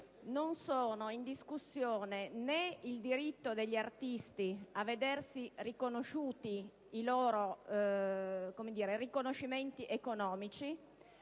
non sono in discussione né il diritto degli artisti a vedersi riconosciuti i loro trattamenti economici,